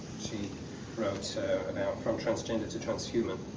she wrote about from transgender to transhuman